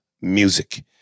Music